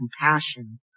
compassion